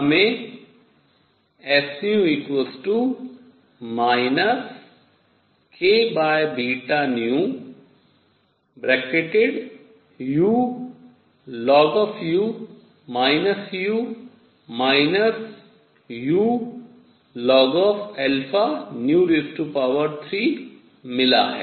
हमें s kβνulnu u ulnα3 मिला है